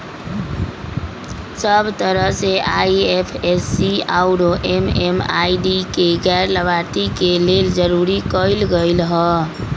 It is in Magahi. सब तरह से आई.एफ.एस.सी आउरो एम.एम.आई.डी के गैर लाभार्थी के लेल जरूरी कएल गेलई ह